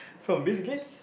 from Bill-Gates